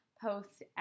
post